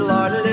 Lord